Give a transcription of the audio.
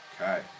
Okay